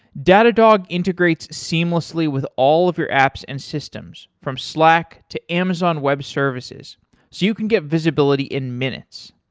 datadog integrates seamlessly with all of your apps and systems from slack to amazon web services so you can get visibility in minutes.